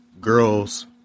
girls